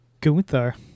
Gunther